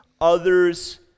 others